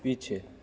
पीछे